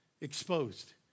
exposed